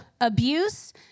abuse